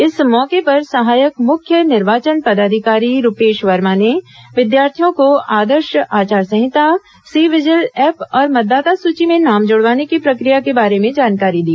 इस मौके पर सहायक मुख्य निर्वाचन पदाधिकारी रूपेश वर्मा ने विद्यार्थियों को आदर्श आचार संहिता सी विजिल ऐप और मतदाता सूची में नाम जुड़वाने की प्रक्रिया के बारे में जानकारी दी